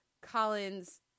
Collins